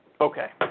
Okay